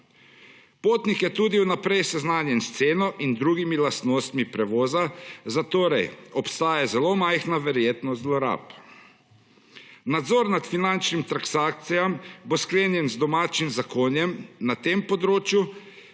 Potnik je tudi v naprej seznanjen s ceno in drugimi lastnosmi prevoza, zatorej obstaja zelo majhna verjetnost zlorab. Nadzor nad finančnimi transakcijami bo sklenjen z domačim zakonjem na tem področju,